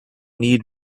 need